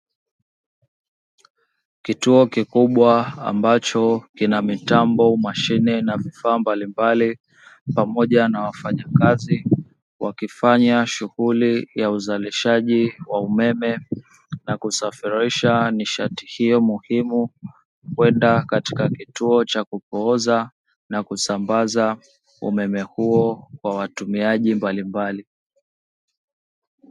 Kituo kikubwa ambacho kina mitambo, mashine na vifaa mbalimbali pamoja na wafanya kazi wakifanya shughuli za uzalishaji wa umeme na kusafirisha nishati hiyo muhimu kwenda katika kituo cha kupooza na kusambaza umeme huo kwa watumiaji mbalimbali.